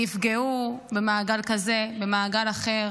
נפגעו במעגל כזה, במעגל אחר,